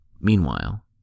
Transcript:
Meanwhile